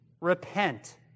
repent